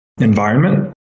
environment